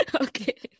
okay